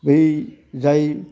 बै जाय